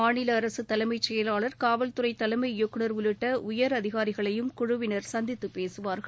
மாநில அரசு தலைமை செயலாளர் காவல்துறை தலைமை இயக்குநர் உள்ளிட்ட உயர் அதிகாரிகளையும் குழுவினர் சந்தித்து பேசுவார்கள்